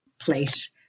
place